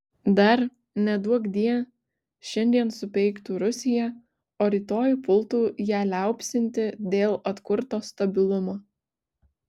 dar neduokdie šiandien supeiktų rusiją o rytoj pultų ją liaupsinti dėl atkurto stabilumo